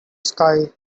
sky